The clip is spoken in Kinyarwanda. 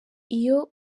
iyo